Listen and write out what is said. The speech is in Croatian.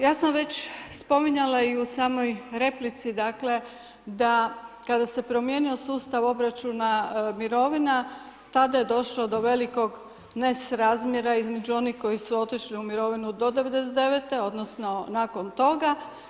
Ja sam već spominjala i u samoj replici dakle, da kada se promijenio sustav obračuna mirovina tada je došlo do velikog nesrazmjera između onih koji su otišli u mirovinu do 99. odnosno, nakon toga.